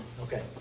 okay